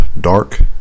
Dark